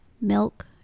milk